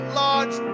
large